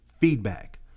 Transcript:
feedback